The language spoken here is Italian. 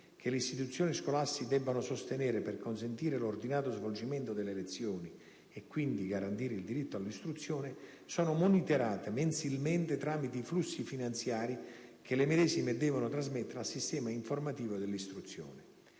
che le istituzioni scolastiche debbono sostenere per consentire l'ordinato svolgimento delle lezioni e, quindi, garantire il diritto all'istruzione» sono monitorate mensilmente tramite i flussi finanziari che le medesime devono trasmettere al Sistema informativo dell'istruzione.